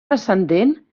descendent